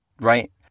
Right